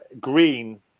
green